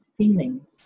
feelings